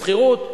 בשכירות,